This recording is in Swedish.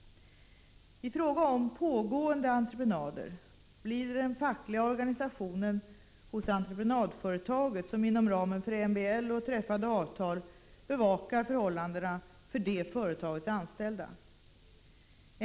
I fråga om pågående entreprenader blir det den fackliga organisationen hos entreprenadföretaget som inom ramen för MBL och träffade avtal bevakar förhållandena för det företagets anställda.